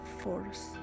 force